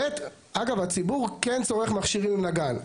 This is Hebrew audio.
אגב, הציבור כן צורך מכשירים עם נגן.